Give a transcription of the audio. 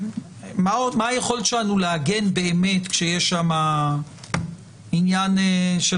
מה היכולת שלנו להגן באמת כשיש שם עניין של